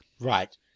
Right